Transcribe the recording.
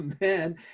man